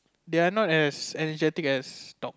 they're not as energetic as dog